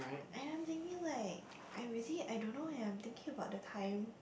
and I'm thinking like I really I don't know eh I'm thinking about the time